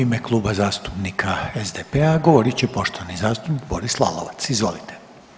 U ime Kluba zastupnika SDP-a govorit će poštovani zastupnik Boris Lalovac, izvolite.